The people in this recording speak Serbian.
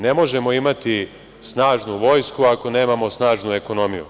Ne možemo imati snažnu vojsku ako nemamo snažnu ekonomiju.